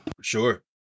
sure